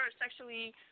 sexually